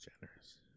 Generous